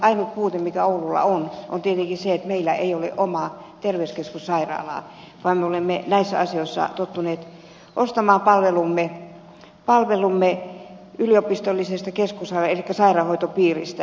ainut puute mikä oululla on on tietenkin se että meillä ei ole omaa terveyskeskussairaalaa vaan me olemme näissä asioissa tottuneet ostamaan palvelumme yliopistollisesta keskussairaalasta elikkä sairaanhoitopiiristä